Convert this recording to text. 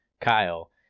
Kyle